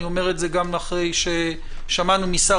אני אומר את זה גם אחרי ששמענו משר